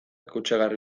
kutsagarri